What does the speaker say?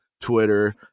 Twitter